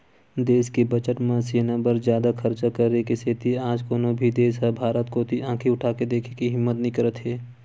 देस के बजट म सेना बर जादा खरचा करे के सेती आज कोनो भी देस ह भारत कोती आंखी उठाके देखे के हिम्मत नइ करत हे